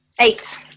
Eight